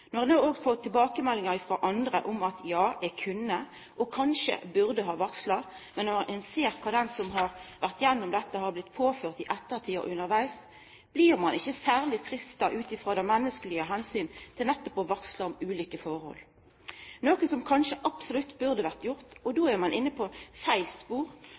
tilbakemeldingar frå andre om at ein kunne og kanskje burde ha varsla, men når ein ser kva den som har vore gjennom dette, har blitt påført i ettertid og undervegs, blir ein ikkje særleg freista ut frå menneskelege omsyn til nettopp å varsla om ulike forhold – noko som absolutt burde ha vore gjort. Då er ein inne på